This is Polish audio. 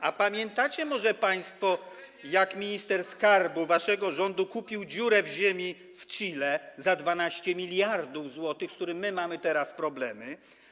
A pamiętacie może państwo, jak minister skarbu waszego rządu kupił dziurę w ziemi w Chile za 12 mld zł, z którą my mamy teraz problemy?